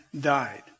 died